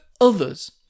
others